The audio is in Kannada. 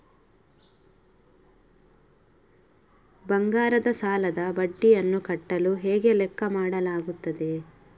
ಬಂಗಾರದ ಸಾಲದ ಬಡ್ಡಿಯನ್ನು ಕಟ್ಟಲು ಹೇಗೆ ಲೆಕ್ಕ ಮಾಡಲಾಗುತ್ತದೆ?